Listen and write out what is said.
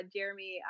Jeremy